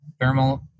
thermal